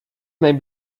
may